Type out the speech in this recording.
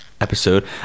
episode